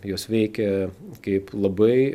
jos veikia kaip labai